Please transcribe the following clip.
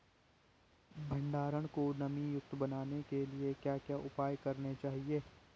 भंडारण को नमी युक्त बनाने के लिए क्या क्या उपाय करने चाहिए?